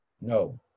no